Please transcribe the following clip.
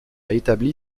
établi